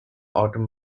autumn